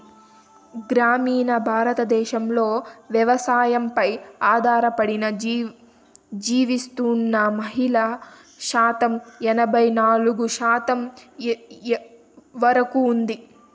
గ్రామీణ భారతదేశంలో వ్యవసాయంపై ఆధారపడి జీవిస్తున్న మహిళల శాతం ఎనబై నాలుగు శాతం వరకు ఉంది